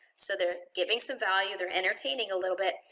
so they're giving some value, they're entertaining a little bit,